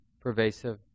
pervasive